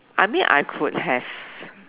I mean I could have